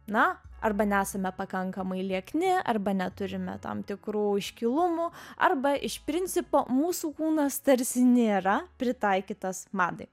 na arba nesame pakankamai liekni arba neturime tam tikrų iškilumų arba iš principo mūsų kūnas tarsi nėra pritaikytas madai